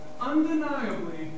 undeniably